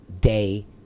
day